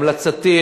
המלצתי,